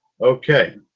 Okay